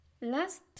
Last